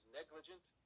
negligent